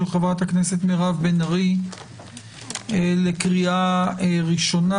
חברת הכנסת מירב בן ארי לקריאה ראשונה.